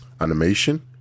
animation